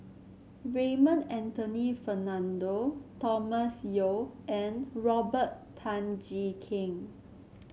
Raymond Anthony Fernando Thomas Yeo and Robert Tan Jee Keng